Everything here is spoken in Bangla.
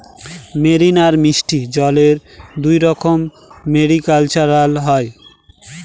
মেরিন আর মিষ্টি জলে দুইরকম মেরিকালচার হয়